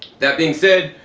that being said,